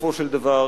בסופו של דבר,